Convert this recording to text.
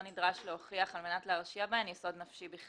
נדרש להוכיח על מנת להרשיע בהן יסוד נפשי.